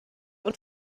und